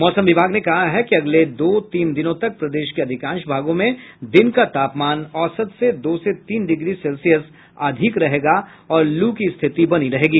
मौसम विभाग ने कहा है कि अगले दो तीन दिनों तक प्रदेश के अधिकांश भागों में दिन का तापमान औसत से दो से तीन डिग्री सेल्सियस अधिक रहेगा और लू की स्थिति बनी रहेगी